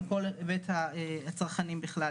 על כל הצרכנים בכלל.